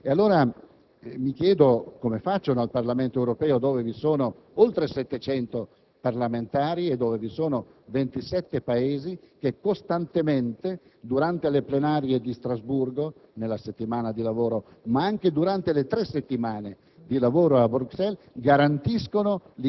di far passare un gruppo. E allora mi chiedo come facciano al Parlamento europeo (che vede la presenza di oltre 700 parlamentari e 27 Paesi) dove, costantemente, durante le plenarie di Strasburgo, nella settimana di lavoro, ma anche durante le tre settimane